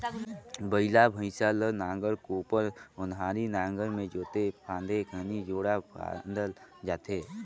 बइला भइसा ल नांगर, कोपर, ओन्हारी नागर मे जोते फादे घनी जोड़ा फादल जाथे